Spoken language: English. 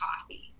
coffee